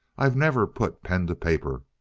i've never put pen to paper.